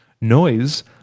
Noise